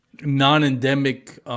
non-endemic